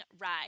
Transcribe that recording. ride